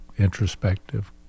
introspective